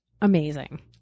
amazing